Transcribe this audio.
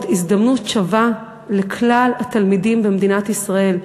הזדמנות שווה לכלל התלמידים במדינת ישראל,